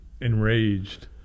enraged